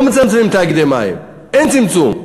לא מצמצמים תאגידי מים, אין צמצום.